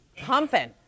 pumping